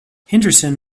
henderson